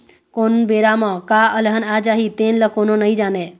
कोन बेरा म का अलहन आ जाही तेन ल कोनो नइ जानय